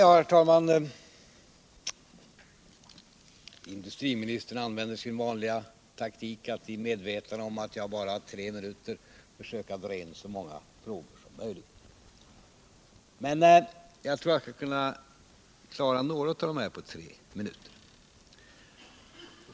Herr talman! Industriministern använder sin vanliga taktik att — i medvetande om att jag bara har tre minuter till mitt förfogande — dra upp så många frågor som möjligt. Men jag tror att jag skall kunna klara några av de här frågorna på tre minuter.